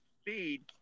speed